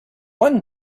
one